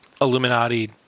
Illuminati